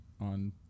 on